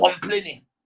complaining